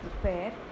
prepare